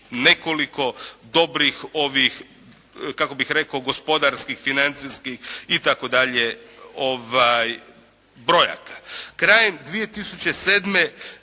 nekoliko dobrih kako bih rekao gospodarskih, financijskih itd. brojaka. Krajem 2007.